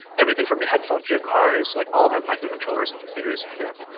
everything from your headphone to your cars like all have microcontrollers and computers in them.